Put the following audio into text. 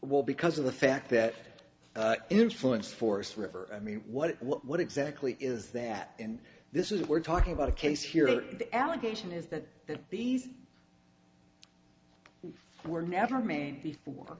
while because of the fact that influenced force river i mean what what exactly is that and this is we're talking about a case here the allegation is that these were never made before